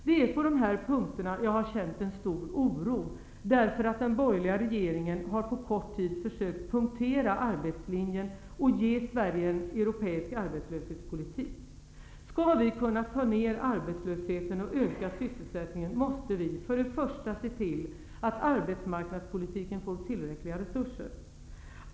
Det är på de här punkterna jag har känt en stor oro, därför att den borgerliga regeringen på kort tid har försökt punktera arbetslinjen och ge Sverige en europeisk arbetslöshetspolitik. Skall vi kunna ta ner arbetslösheten och öka sysselsättningen måste vi för det första se till att arbetsmarknadspolitiken får tillräckliga resurser.